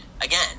again